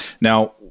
Now